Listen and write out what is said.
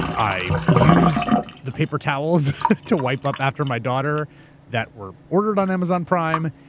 i use the paper towels to wipe up after my daughter that were ordered on amazon prime.